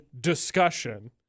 discussion